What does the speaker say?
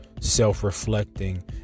self-reflecting